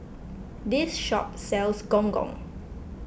this shop sells Gong Gong